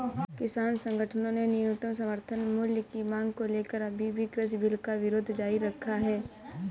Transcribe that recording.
किसान संगठनों ने न्यूनतम समर्थन मूल्य की मांग को लेकर अभी भी कृषि बिल का विरोध जारी रखा है